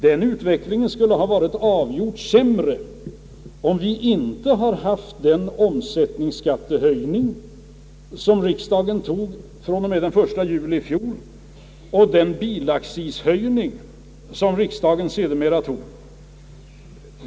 Den skulle ha varit avgjort sämre om vi inte hade haft den omsättningsskattehöjning från och med den 1 juli i fjol som riksdagen beslutade och den bilaccishöjning som riksdagen sedermera beslutade.